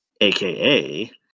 AKA